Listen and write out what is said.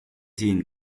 siin